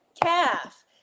calf